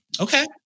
Okay